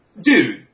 dude